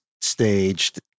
staged